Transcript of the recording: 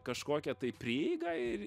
kažkokią tai prieigą ir